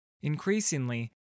Increasingly